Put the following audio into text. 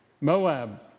Moab